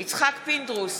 יצחק פינדרוס,